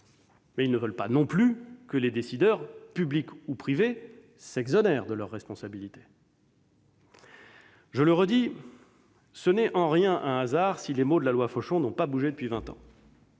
Mais ils ne veulent pas non plus que les décideurs- publics ou privés -s'exonèrent de leurs responsabilités. Je le redis, ce n'est en rien un hasard si les termes de la loi Fauchon n'ont pas bougé depuis vingt ans.